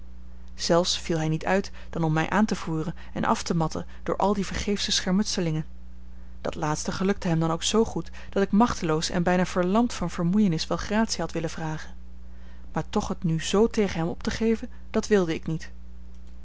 zelfs viel hij niet uit dan om mij aan te vuren en af te matten door al die vergeefsche schermutselingen dat laatste gelukte hem dan ook zoo goed dat ik machteloos en bijna verlamd van vermoeienis wel gratie had willen vragen maar toch het nu z tegen hem op te geven dat wilde ik niet